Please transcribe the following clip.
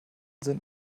sind